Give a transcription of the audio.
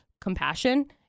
compassion